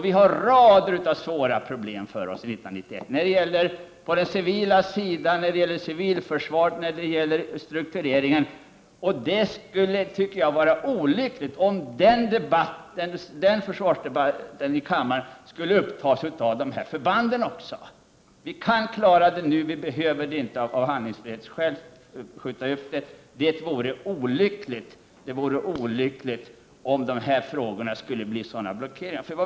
Vi har en rad svåra problem framför oss till 1991 när det gäller den civila sidan, civilförsvaret och struktureringen. Det vore olyckligt om behandlingen av dessa problem här i kammaren också skulle omfatta förbandsnedläggningarna. Vi kan klara av dessa nedläggningar nu. Vi behöver inte skjuta på dem av handlingsfrihetsskäl. Det vore olyckligt om dessa frågor skulle bli sådana blockeringar.